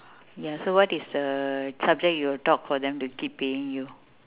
ya so what is the subject you will talk for them to keep paying you